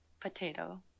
potato